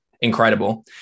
incredible